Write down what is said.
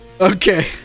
Okay